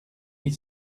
huit